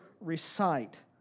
recite